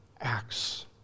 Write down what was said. acts